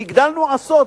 והגדלנו עשות,